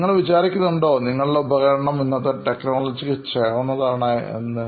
നിങ്ങൾക്ക് തോന്നുന്നുണ്ടോ നിങ്ങളുടെ ഉപകരണം ഇന്നത്തെ ടെക്നോളജിക്ക് ചേർന്നതാണ് എന്ന്